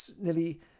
Nearly